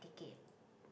ticket